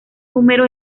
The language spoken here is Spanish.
número